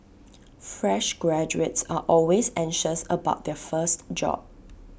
fresh graduates are always anxious about their first job